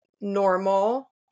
normal